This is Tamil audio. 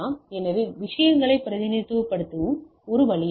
எனவே இது விஷயங்களை பிரதிநிதித்துவப்படுத்தும் ஒரு வழியாகும்